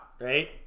right